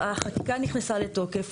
החקיקה נכנסה לתוקף.